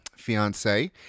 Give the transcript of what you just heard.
fiance